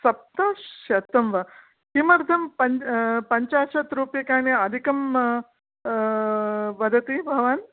सप्तशतं वा किमर्थं पञ्चाशत्रूप्यकाणि अधिकं वदति भवान्